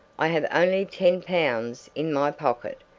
i have only ten pounds in my pocket,